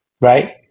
right